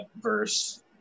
verse